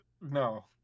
No